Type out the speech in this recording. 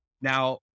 Now